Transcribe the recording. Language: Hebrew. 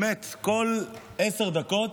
באמת, כל עשר דקות